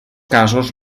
casos